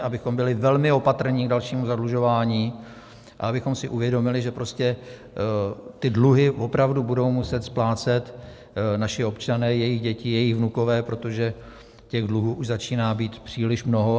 Abychom byli velmi opatrní k dalšímu zadlužování a abychom si uvědomili, že prostě ty dluhy opravdu budou muset splácet naši občané, jejich děti, jejich vnukové, protože těch dluhů už začíná být příliš mnoho.